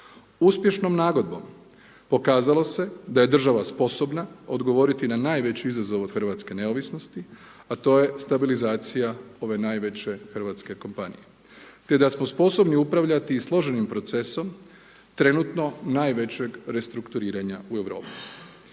Uspješnom nagodbom, pokazalo se da je država sposobna, odgovoriti na najveći izazov od hrvatske neovisnosti, a to je stabilizacija ove najveće hrvatske kompanije, te da smo sposobni upravljati i složenim procesom, trenutno najvećeg restrukturiranja u Europi.